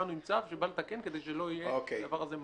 באנו עם צו שבא לתקן כדי שלא יהיה הדבר הזה מנוע.